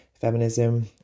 feminism